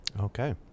Okay